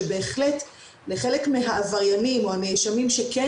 שבהחלט לחלק מהעבריינים או הנאשמים שכן